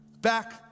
back